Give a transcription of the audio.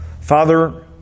Father